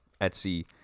Etsy